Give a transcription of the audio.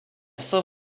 saint